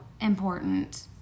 important